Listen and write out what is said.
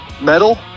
Metal